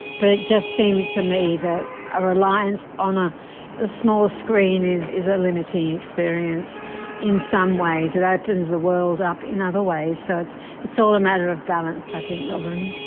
but it just seems to me that a reliance on a a small screen is is a limiting experience in some ways. it opens the world up in other so it's it's all a matter of balance i think robyn.